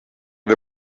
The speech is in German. der